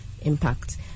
impact